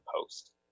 post